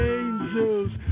angels